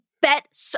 Bet